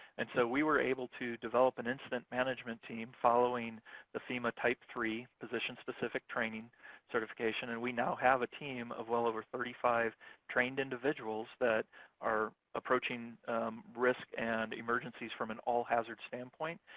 and so we were able to develop an incident management team following the fema type three position specific training certification, and we now have a team of well over thirty five trained individuals that are approaching risk and emergencies from an all hazard standpoint.